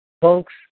Folks